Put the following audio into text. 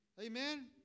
Amen